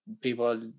people